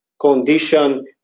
condition